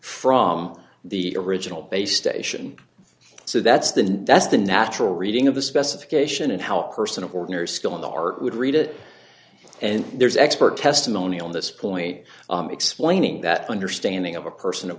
from the original base station so that's the that's the natural reading of the specification and how a person of ordinary skill in the art would read it and there's expert testimony on this point explaining that understanding of a person of